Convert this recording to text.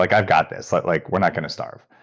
like i've got this. like like we're not going to starve.